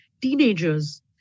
teenagers